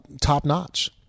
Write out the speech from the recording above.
top-notch